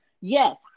Yes